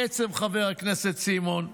בעצם, חבר הכנסת סימון,